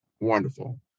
wonderful